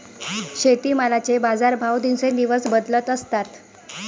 शेतीमालाचे बाजारभाव दिवसेंदिवस बदलत असतात